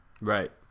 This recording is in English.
Right